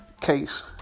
case